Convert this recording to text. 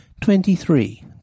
Twenty-three